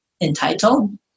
entitled